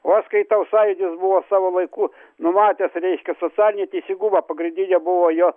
o aš skaitau sąjūdis buvo savo laiku numatęs reiškia socialinį teisingumą pagrindinė buvo jo